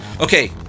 Okay